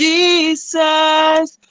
Jesus